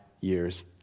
years